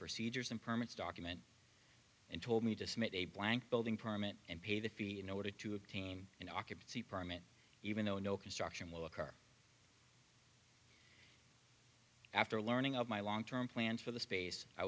procedures and permits document and told me to submit a blank building permit and pay the fee in order to obtain an occupancy permit even though no construction will occur after learning of my long term plans for the space i